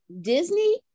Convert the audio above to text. Disney